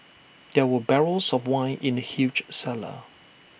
there were barrels of wine in the huge cellar